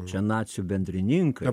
čia nacių bendrininkai